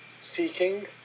Seeking